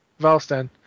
Valstan